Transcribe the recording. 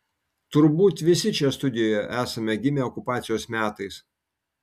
turbūt visi čia studijoje esame gimę okupacijos metais